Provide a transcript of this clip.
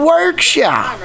Workshop